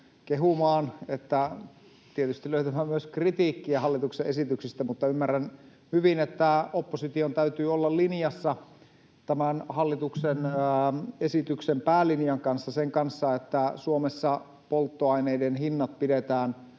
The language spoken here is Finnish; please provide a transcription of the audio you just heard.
kehumaan että tietysti löytämään myös kritiikkiä hallituksen esityksistä. Mutta ymmärrän hyvin, että opposition täytyy olla linjassa tämän hallituksen esityksen päälinjan kanssa, sen kanssa, että Suomessa polttoaineiden hinnat pidetään